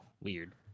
Weird